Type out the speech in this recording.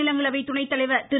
மாநிலங்களவை துணைத்தலைவர் திரு